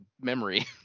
memory